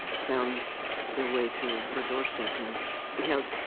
found their way to her doorstep. and we had,